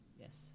yes